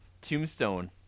Tombstone